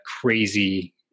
crazy